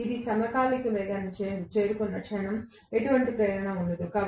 నేను సమకాలిక వేగాన్ని చేరుకున్న క్షణం ఎటువంటి ప్రేరణ ఉండదు